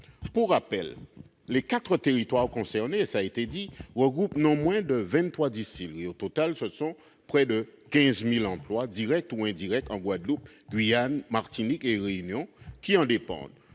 Pour rappel, les quatre territoires concernés ne regroupent pas moins de 23 distilleries. Au total, ce sont près de 15 000 emplois, directs et indirects, en Guadeloupe, en Guyane, en Martinique et à La Réunion qui en dépendent.